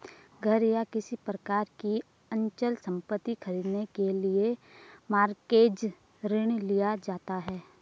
घर या किसी प्रकार की अचल संपत्ति खरीदने के लिए मॉरगेज ऋण लिया जाता है